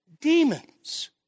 demons